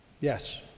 Yes